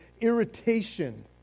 irritation